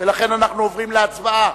ולכן אנחנו עוברים להצבעה,